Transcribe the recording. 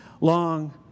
long